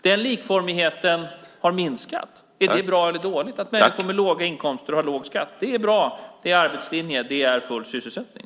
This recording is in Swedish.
Den likformigheten har minskat. Är det bra eller dåligt att människor med låga inkomster har låg skatt? Det är bra, det är arbetslinje, och det ger full sysselsättning.